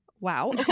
wow